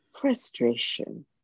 frustration